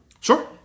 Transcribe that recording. Sure